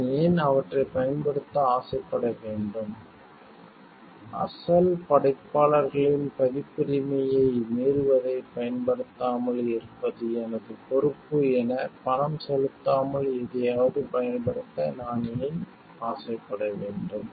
நான் ஏன் அவற்றைப் பயன்படுத்த ஆசைப்பட வேண்டும் அசல் படைப்பாளர்களின் பதிப்புரிமையை மீறுவதைப் பயன்படுத்தாமல் இருப்பது எனது பொறுப்பு என பணம் செலுத்தாமல் எதையாவது பயன்படுத்த நான் ஏன் ஆசைப்பட வேண்டும்